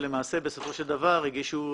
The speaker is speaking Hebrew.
שלמעשה בסופו של דבר הגישו